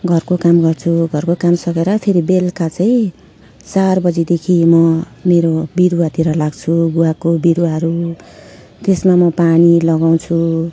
घरको काम गर्छु घरको काम सकेर फेरि बेलुका चाहिँ चार बजीदेखि म मेरो बिरुवातिर लाग्छु गुवाको बिरुवाहरू त्यसमा म पानी लगाउँछु